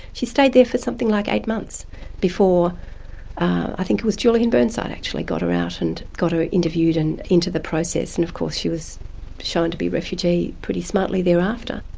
she stayed there for something like eight months before i think it was julian burnside actually got her out and got her interviewed and into the process, and of course she was shown to be a refugee pretty smartly thereafter.